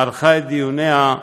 ערכה את דיוניה,